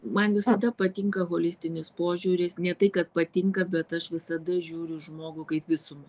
man visada patinka holistinis požiūris ne tai kad patinka bet aš visada žiūriu į žmogų kaip visumą